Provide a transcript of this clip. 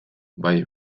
bai